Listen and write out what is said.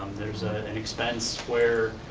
there's and expense where,